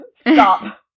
Stop